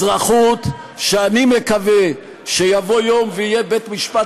אזרחות שאני מקווה שיבוא יום ויהיה בית-משפט